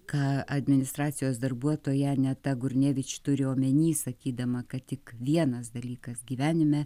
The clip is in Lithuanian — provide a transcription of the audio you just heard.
ką administracijos darbuotoja aneta gurnevič turi omeny sakydama kad tik vienas dalykas gyvenime